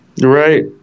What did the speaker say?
Right